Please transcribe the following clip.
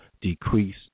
decrease